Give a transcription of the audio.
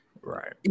right